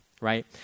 right